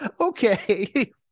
Okay